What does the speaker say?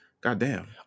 goddamn